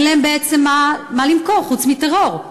אין להם בעצם מה למכור חוץ מטרור.